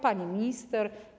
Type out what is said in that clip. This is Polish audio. Pani Minister!